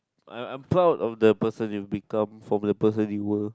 I I'm proud of the person you become from the person you were